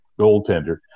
goaltender